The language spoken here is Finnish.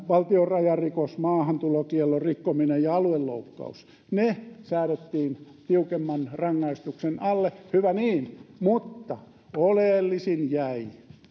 valtionrajarikos maahantulokiellon rikkominen ja alueloukkaus ne säädettiin tiukemman rangaistuksen alle hyvä niin mutta oleellisin jäi